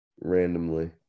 randomly